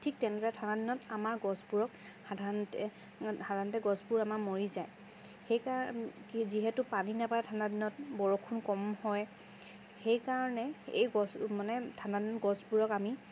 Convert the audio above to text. ঠিক তেনেদৰে ঠাণ্ডা দিনত আমাৰ গছবোৰক সাধাৰণতে ঠাণ্ডা দিনত গছবোৰ আমাৰ মৰি যায় সেইকা যিহেতু পানী নাপায় ঠাণ্ডা দিনত বৰষুণ কম হয় সেইকাৰণে এই গছ মানে ঠাণ্ডা দিনত গছবোৰক আমি